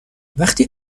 وقتی